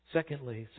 Secondly